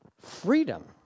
Freedom